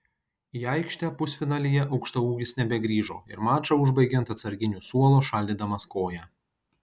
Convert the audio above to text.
į aikštę pusfinalyje aukštaūgis nebegrįžo ir mačą užbaigė ant atsarginių suolo šaldydamas koją